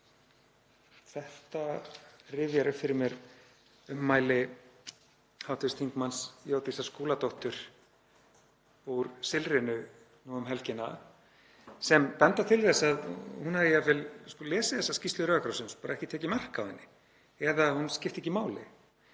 Þetta rifjar upp fyrir mér ummæli hv. þm. Jódísar Skúladóttur úr Silfrinu um helgina sem benda til þess að hún hafi jafnvel lesið þessa skýrslu Rauða krossins en bara ekki tekið mark á henni eða að hún skipti ekki máli.